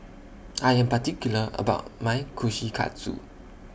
I Am particular about My Kushikatsu